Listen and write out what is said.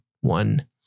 one